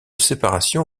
séparation